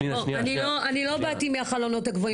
אני לא באתי מהחלונות הגבוהים.